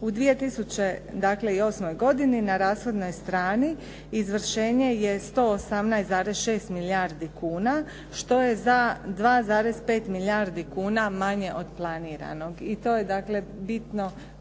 U 2008. godini na rashodnoj strani izvršenje je 118,6 milijardi kuna što je za 2,5 milijardi kuna manje od planiranog. I to je dakle